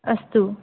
अस्तु